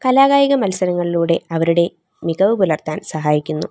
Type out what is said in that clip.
കലാകായിക മത്സരങ്ങളിലൂടെ അവരുടെ മികവ് പുലർത്താൻ സഹായിക്കുന്നു